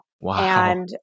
Wow